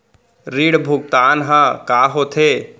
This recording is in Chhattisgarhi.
ऋण भुगतान ह का होथे?